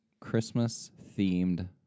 Christmas-themed